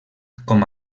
com